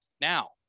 Now